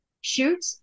shoot